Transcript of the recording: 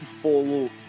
follow